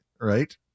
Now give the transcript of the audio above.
Right